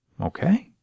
Okay